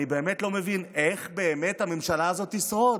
אני באמת לא מבין איך הממשלה הזאת תשרוד,